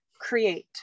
create